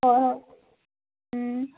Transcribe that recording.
অঁ